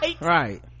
right